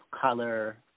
color